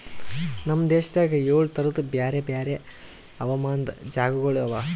ನಮ್ ದೇಶದಾಗ್ ಏಳು ತರದ್ ಬ್ಯಾರೆ ಬ್ಯಾರೆ ಹವಾಮಾನದ್ ಜಾಗಗೊಳ್ ಅವಾ